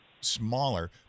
smaller